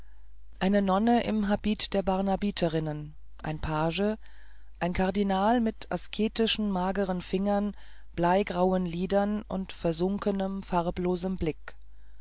eine nonne im habit der barnabiterinnen ein page ein kardinal mit asketischen mageren fingern bleigrauen lidern und versunkenem farblosem blick